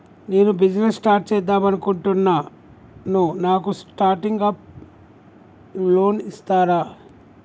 నేను business start చేద్దామనుకుంటున్నాను నాకు స్టార్టింగ్ అప్ లోన్ ఇస్తారా?